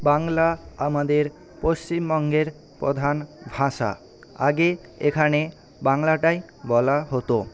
বাংলা আমাদের পশ্চিমবঙ্গের প্রধান ভাষা আগে এখানে বাংলাটাই বলা হত